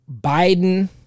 Biden